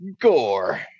Gore